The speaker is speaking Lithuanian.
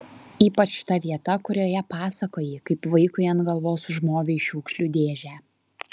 ypač ta vieta kurioje pasakoji kaip vaikui ant galvos užmovei šiukšlių dėžę